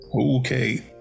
Okay